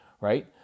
Right